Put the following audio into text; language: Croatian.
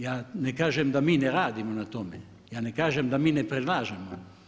Ja ne kažem da mi ne radimo na tome, ja ne kažem da mi ne predlažemo.